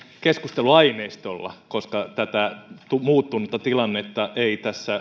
keskusteluaineistolla koska tätä muuttunutta tilannetta ei